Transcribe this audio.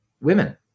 women